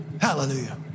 hallelujah